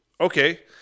Okay